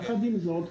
יחד עם זאת,